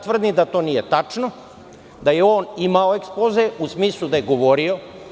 Tvrdim da to nije tačno, da je on imao ekspoze, u smislu da je govorio.